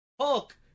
Hulk